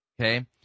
Okay